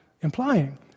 implying